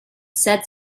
said